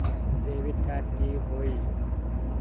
Debit card की होई?